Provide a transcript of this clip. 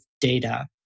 data